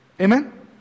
Amen